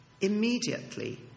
Immediately